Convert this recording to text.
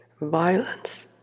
violence